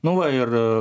nu va ir